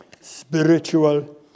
Spiritual